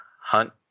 Hunt